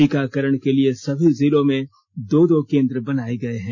टीकाकरण के लिए सभी जिलों में दो दो केंद्र बनाए गये हैं